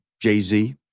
Jay-Z